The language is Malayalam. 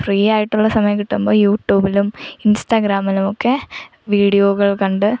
ഫ്രീ ആയിട്ടുള്ള സമയം കിട്ടുമ്പോൾ യൂട്യുബിലും ഇൻസ്റ്റാഗ്രാമിലും ഒക്കെ വീഡിയോകൾ കണ്ട്